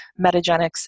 Metagenics